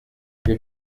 wir